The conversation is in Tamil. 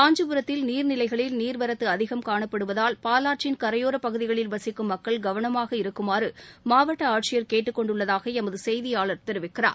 காஞ்சிபுரத்தில் நீர்நிலைகளில் நீர்வரத்து அதிகம் காணப்படுவதால் பாலாற்றின் கரையோர பகுதிகளில் வசிக்கும் மக்கள் கவனமாக இருக்குமாறு மாவட்ட ஆட்சியர் கேட்டுக்கொண்டுள்ளதாக எமது செய்தியாளர் தெரிவிக்கிறார்